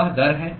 वह दर है